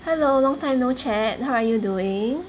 hello long time no chat how are you doing